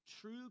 True